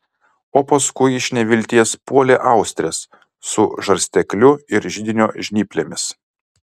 o paskui iš nevilties puolė austres su žarstekliu ir židinio žnyplėmis